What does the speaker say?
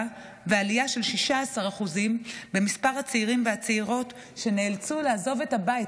ועלייה של 16% במספר הצעירים והצעירות שנאלצו לעזוב את הבית,